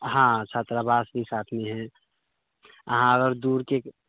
हाँ छात्रावास भी साथमे हइ अहाँ आओर दूरके